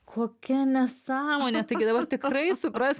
kokia nesąmonė taigi dabar tikrai supras